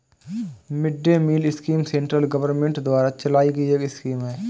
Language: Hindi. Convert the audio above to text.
mid day meal scheme central government द्वारा चलाई गई एक स्कीम है